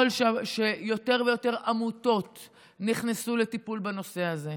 כשיותר ויותר עמותות נכנסו לטיפול בנושא הזה,